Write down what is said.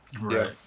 Right